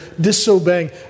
disobeying